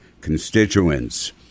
constituents